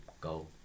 go